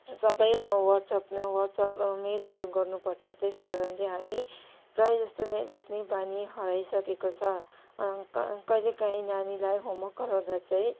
सबै WhatsApp WhatsApp मेलहरू गर्नु पर्छ त्यस कारणले हामी प्राय जस्तो नै लेख्ने बानी हराइसकेको छ कहिलेकाहीँ नानीलाई होमवर्क गराउँदा चाहिँ